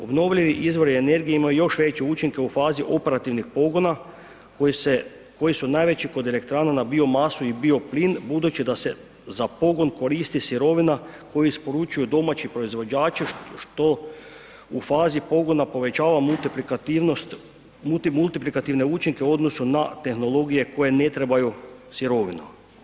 Obnovljivi izvori energije imaju još veće učinke u fazi operativnih pogona koji su najveći kod elektrana na biomasu i bioplin budući da se za pogon koristi sirovina koju isporučuju domaći proizvođači što u fazi pogona povećava multiplikativne učinke u odnosu na tehnologije koje ne trebaju sirovinu.